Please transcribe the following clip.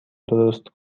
درست